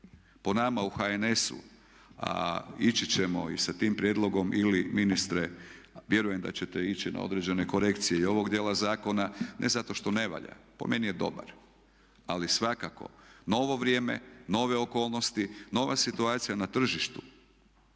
po nama u HNS-u, a ići ćemo i sa tim prijedlogom ili ministre vjerujem da ćete ići na određene korekcije i ovog djela zakona ne zato što ne valja, po meni je dobar, ali svakako novo vrijeme, nove okolnosti, nova situacija na tržištu